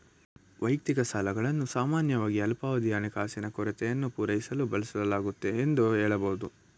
ವೈಯಕ್ತಿಕ ಸಾಲಗಳನ್ನು ಸಾಮಾನ್ಯವಾಗಿ ಅಲ್ಪಾವಧಿಯ ಹಣಕಾಸಿನ ಕೊರತೆಯನ್ನು ಪೂರೈಸಲು ಬಳಸಲಾಗುತ್ತೆ ಎಂದು ಹೇಳಬಹುದು